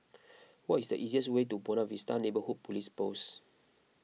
what is the easiest way to Buona Vista Neighbourhood Police Post